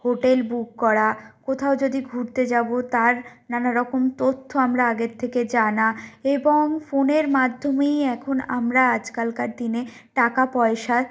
hotel book করা কোথাও যদি ঘুরতে যাবো তার নানা রকম তথ্য আমরা আগের থেকে জানা এবং ফোনের মাধ্যমেই এখন আমরা আজকালকার দিনে টাকা পয়সা